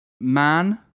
man